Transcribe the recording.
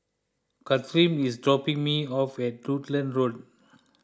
Kathern is dropping me off at Rutland Road